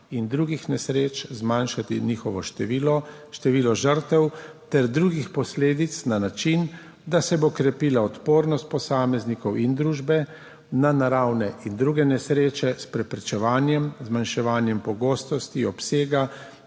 in drugih nesreč, zmanjšati njihovo število, število žrtev ter drugih posledic na način, da se bo krepila odpornost posameznikov in družbe na naravne in druge nesreče s preprečevanjem, z zmanjševanjem pogostosti obsega